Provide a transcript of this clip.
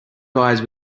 guys